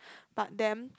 but then